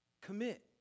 Commit